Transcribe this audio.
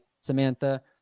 Samantha